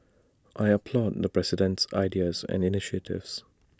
I applaud the president's ideas and initiatives